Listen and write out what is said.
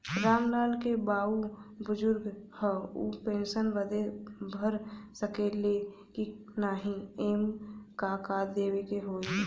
राम लाल के बाऊ बुजुर्ग ह ऊ पेंशन बदे भर सके ले की नाही एमे का का देवे के होई?